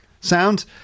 sound